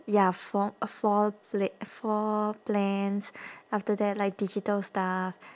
ya for a floor pla~ uh floor plans after that like digital stuff